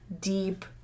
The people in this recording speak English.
deep